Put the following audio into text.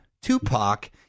Tupac